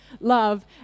love